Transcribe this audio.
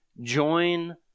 join